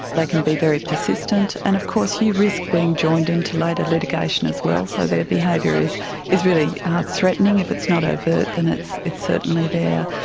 they can be very persistent, and of course you risk being joined into later litigation as well, so their behaviour is is really threatening if it's not overt then it's it's certainly there.